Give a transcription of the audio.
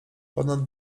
ponad